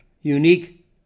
unique